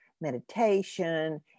meditation